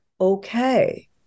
okay